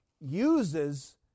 uses